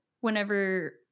whenever